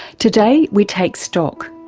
today we take stock,